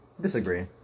Disagree